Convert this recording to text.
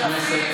אדוני היושב-ראש,